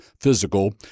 physical